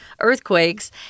earthquakes